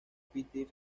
peter